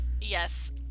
Yes